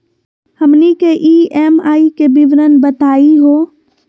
हमनी के ई.एम.आई के विवरण बताही हो?